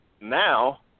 now